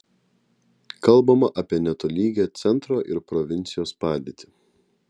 kalbama apie netolygią centro ir provincijos padėtį